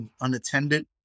unattended